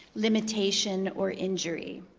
limitation, or injury.